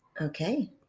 Okay